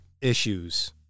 issues